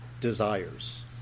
desires